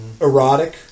Erotic